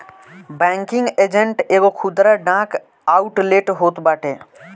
banking agent एगो खुदरा डाक आउटलेट होत बाटे